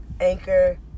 Anchor